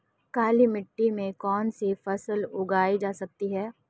काली मिट्टी में कौनसी फसल उगाई जा सकती है?